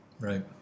Right